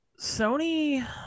Sony